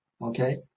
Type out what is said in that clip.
okay